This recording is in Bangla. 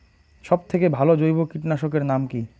সব থেকে ভালো জৈব কীটনাশক এর নাম কি?